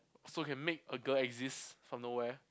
so you can make a girl exist from nowhere